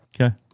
Okay